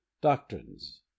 doctrines